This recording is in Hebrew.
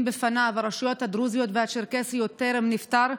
בפניו ברשויות הדרוזיות והצ'רקסיות טרם נפתר?